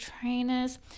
trainers